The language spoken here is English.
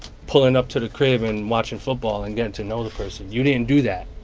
pulling up to the crib and watching football and getting to know the person. you didn't do that.